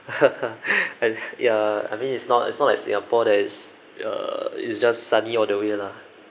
ya I mean it's not it's not singapore is uh it's just sunny all the way lah